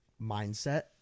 mindset